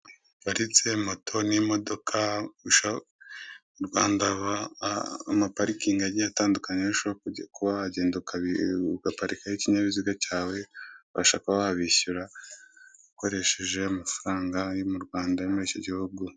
Uretse moto n'imodoka mu Rwanda haba amaparikingi atandukanye aho ushobora kuba wagenda ugaparikaho ikinyabiziga cyawe ubasha kuba wabishyura ukoresheje amafaranga yo mu Rwanda yo muri icyo gihugu.